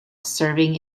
serving